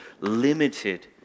limited